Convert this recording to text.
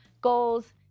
Goals